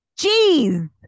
Jeez